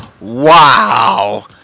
Wow